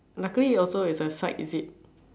luckily also it's a side zip